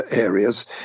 areas